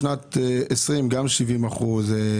בשנת 2020 גם נוצלו 70 אחוזים,